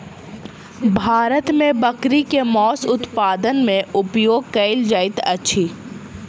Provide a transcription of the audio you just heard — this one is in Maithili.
भारत मे बकरी के मौस उत्पादन मे उपयोग कयल जाइत अछि